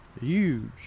huge